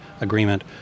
agreement